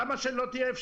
מי זה אני?